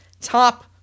top